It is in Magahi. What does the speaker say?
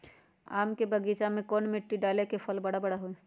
आम के बगीचा में कौन मिट्टी डाले से फल बारा बारा होई?